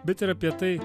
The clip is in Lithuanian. bet ir apie tai